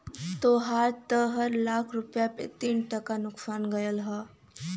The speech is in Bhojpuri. तोहार त हर लाख रुपया पे तीन टका नुकसान गयल हौ